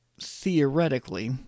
theoretically